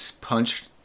punched